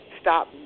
stop